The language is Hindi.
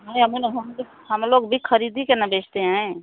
अए हम लोग हम लोग भी खरीदी के ना बेचते हैं